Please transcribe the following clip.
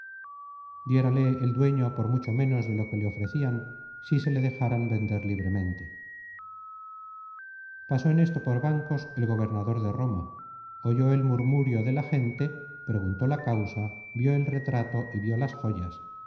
diérale el dueño por mucho ménos de lo que le ofrecian si se le dejaran vender libremente pasó en esto por bancos el gobernador de roma oyó el murmurio de la gente preguntó la causa vió el retrato y vió las joyas